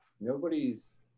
nobody's